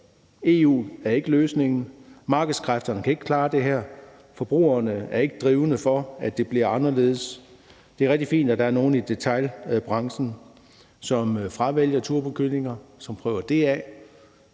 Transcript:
EU er ikke løsningen, og markedskræfterne kan ikke klare det her. Forbrugerne er ikke drivende for, at det bliver anderledes. Det er rigtig fint, at der er nogle i detailbranchen, som fravælger turbokyllinger, og som prøver den vej